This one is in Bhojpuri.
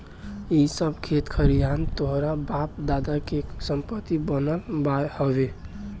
इ सब खेत खरिहान तोहरा बाप दादा के संपत्ति बनाल हवे